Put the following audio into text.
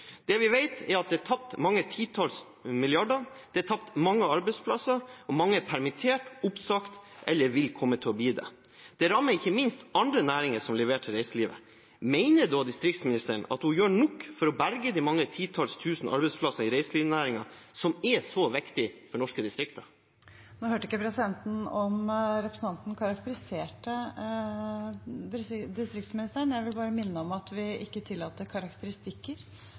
Det vi vet, er at det er tapt mange titalls milliarder kroner, det er tapt mange arbeidsplasser, og mange er permittert, oppsagt eller vil komme til å bli det. Det rammer ikke minst andre næringer som leverer til reiselivet. Mener da distriktsministeren at hun gjør nok for å berge de mange titalls tusen arbeidsplassene i reiselivsnæringen som er så viktige for norske distrikter? Nå hørte ikke presidenten om representanten karakteriserte distriktsministeren. Jeg vil bare minne om at vi ikke tillater karakteristikker